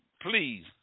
please